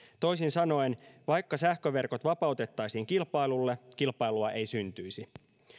toisin sanoen vaikka sähköverkot vapautettaisiin kilpailulle kilpailua ei syntyisi